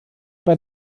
bei